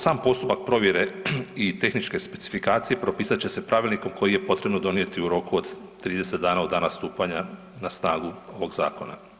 Sam postupak provjere i tehničke specifikacije propisat će se pravilnikom koji je potrebno donijeti u roku od 30 dana od dana stupanja na snagu ovog zakona.